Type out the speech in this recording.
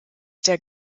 der